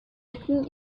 bitten